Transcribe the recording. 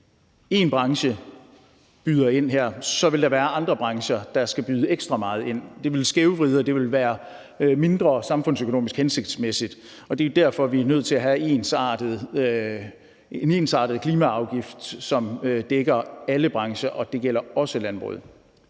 hvis én branche ikke byder ind her, vil der være andre brancher, der skal byde ekstra meget ind. Det vil skævvride, og det vil samfundsøkonomisk være mindre hensigtsmæssigt, og det er derfor, at vi er nødt til at have en ensartet klimaafgift, som dækker alle brancher, og det gælder også landbruget.